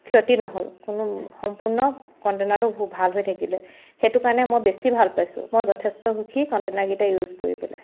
ক্ষতি নহ'ল কোনো সম্পূৰ্ণ কণ্টেনাৰটো ভাল হৈ থাকিলে সেইটো কাৰণে মই বেছি ভাল পাইছোঁ মই যথেষ্ট সুখী কণ্টেনাৰকেইটা ইউজ কৰি পেলাই